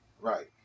Right